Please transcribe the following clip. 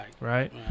Right